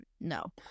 No